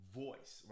voice